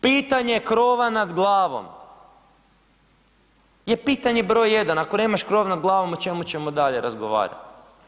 Pitanje krova nad glavom je pitanje broj 1, ako nemaš krov nad glavom o čemu ćemo dalje razgovarati.